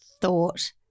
thought